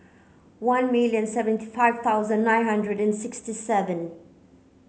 one million seventy five thousand nine hundred and sixty seven